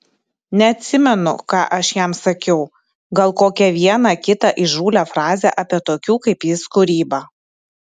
neatsimenu ką aš jam sakiau gal kokią vieną kitą įžūlią frazę apie tokių kaip jis kūrybą